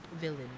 villain